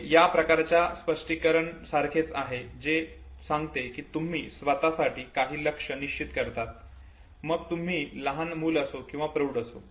हे या प्रकारच्या स्पष्टीकरण सारखेच आहे जे सांगते की तुम्ही स्वतःसाठी काही लक्ष्य निश्चित करतात मग तुम्ही लहान मूल असो किंवा प्रौढ असो